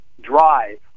Drive